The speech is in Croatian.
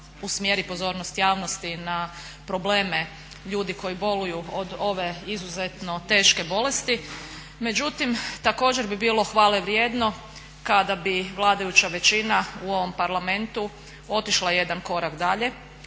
usmjeri pozornost javnosti na probleme ljudi koji boluju od ove izuzetno teške bolesti. Međutim, također bi bilo hvale vrijedno kada bi vladajuća većina u ovom Parlamentu otišla jedan korak dalje